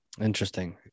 interesting